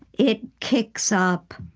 it kicks up